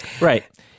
Right